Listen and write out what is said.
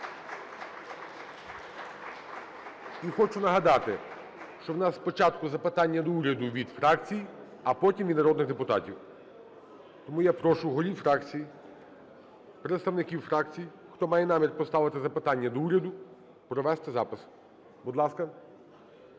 І хочу нагадати, що в нас спочатку запитання до уряду від фракцій, а потім - від народних депутатів. Тому я прошу голів фракцій, представників фракцій, хто має намір поставити запитання до уряду, провести запис. Будь ласка.